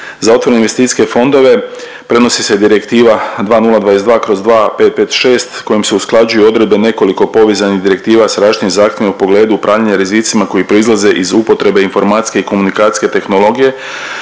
za otvorene investicijske fondove prenosi se direktiva 2022/2 556 kojom se usklađuju odredbe nekoliko povezanih direktiva sa različitim zahtjevima u pogledu upravljanja rizicima koji proizlaze iz upotrebe informacijske i komunikacijske tehnologije